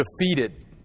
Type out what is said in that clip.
defeated